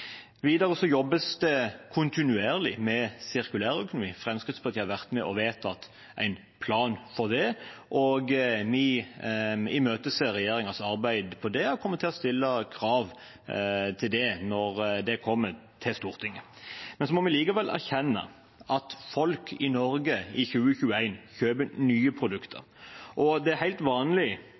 jobbes det kontinuerlig med sirkulærøkonomi. Fremskrittspartiet har vært med på å vedta en plan for det. Vi imøteser regjeringens arbeid med det og kommer til å stille krav til det når det kommer til Stortinget. Vi må likevel erkjenne at folk i Norge i 2021 kjøper nye produkter. Det er helt vanlig